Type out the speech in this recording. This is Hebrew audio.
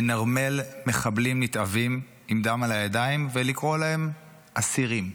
לנרמל מחבלים נתעבים עם דם על הידיים ולקרוא להם אסירים.